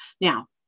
Now